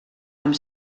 amb